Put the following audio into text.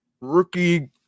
rookie